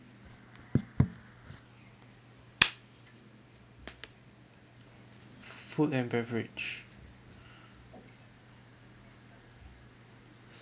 food and beverage